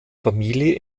familie